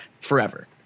forever